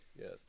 yes